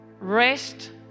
Rest